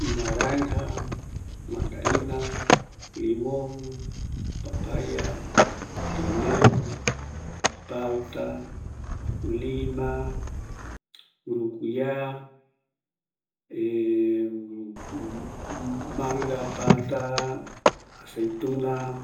Naranja, mandarina, limon, papaya, guineo, plata, lima, murukuya, ˂hesitation˃ manga, palta, aceituna.